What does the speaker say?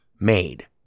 made